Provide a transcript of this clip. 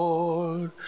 Lord